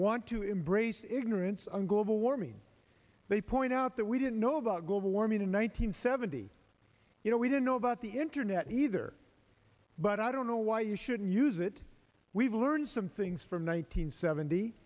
want to embrace ignorance on global warming they point out that we didn't know about global warming in one nine hundred seventy you know we didn't know about the internet either but i don't know why you shouldn't use it we've learned some things from one nine hundred seventy